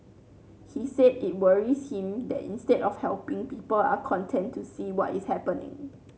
he said it worries him that instead of helping people are content to see what is happening